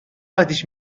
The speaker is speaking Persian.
اتیش